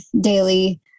daily